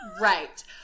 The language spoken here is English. Right